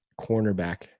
Cornerback